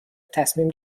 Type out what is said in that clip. تصمیم